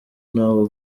ntabwo